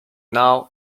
now